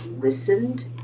listened